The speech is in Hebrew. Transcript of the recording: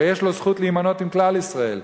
הרי יש לו זכות להימנות עם כלל ישראל,